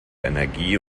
energie